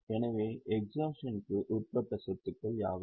எனவே எஸ்ஹாஷன்க்கு உட்பட்ட சொத்துகள் யாவை